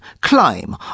climb